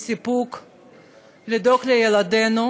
לדאוג לילדינו,